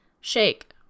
Shake